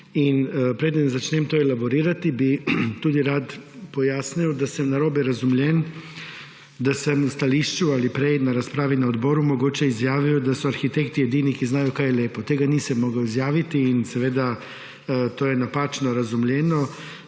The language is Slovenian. Preden začnem to elaborirati, bi tudi rad pojasnil, da sem narobe razumljen, da sem v stališču ali prej v razpravi na odboru mogoče izjavil, da so arhitekti edini, ki znajo kaj je lepo. Tega nisem mogel izjaviti in seveda, to je napačno razumljeno.